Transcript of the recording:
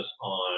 on